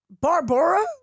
Barbara